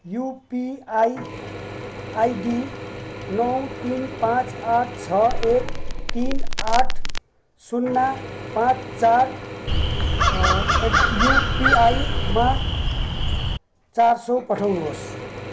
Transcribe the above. UPI ID नौ तिन पाँच आठ छ एक तिन आठ शून्य पाँच चार एट युपिआईमा चार सौ पठाउनुहोस्